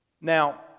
Now